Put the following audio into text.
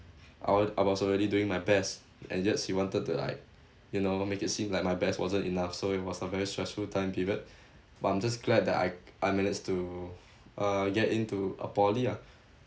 I w~ I was already during my best and yet she wanted to like you know make it seem like my best wasn't enough so it was a very stressful time period but I'm just glad that I I managed to uh get into a poly ah